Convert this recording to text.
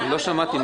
אני לא שמעתי.